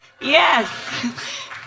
Yes